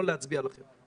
לא להצביע לכם.